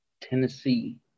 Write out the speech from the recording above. Tennessee